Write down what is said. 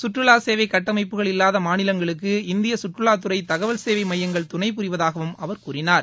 சுற்றுலா சேவை கட்டமைப்புகள் இல்லாத மாநிலங்களுக்கு இந்திய சுற்றுலாத்துறை தகவல் சேவை மையங்கள் துணை புரிவதாகவும் அவர் கூறினார்